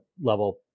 level